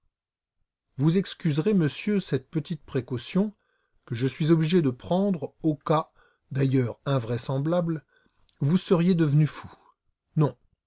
vous excuserez monsieur cette petite précaution que je suis obligé de prendre au cas d'ailleurs invraisemblable où vous seriez devenu fou non